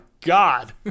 god